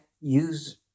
use